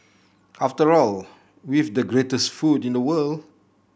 after all we've the greatest food in the world